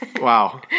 Wow